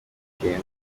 eddy